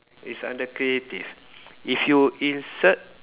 it's under creative if you insert